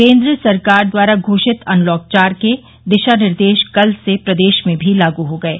केन्द्र सरकार द्वारा घोषित अनलॉक चार के दिशा निर्देश कल से प्रदेश में भी लागू हो गये